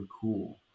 cool